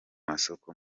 masoko